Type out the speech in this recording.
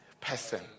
person